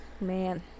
man